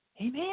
Amen